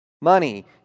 Money